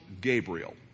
Gabriel